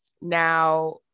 Now